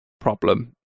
problem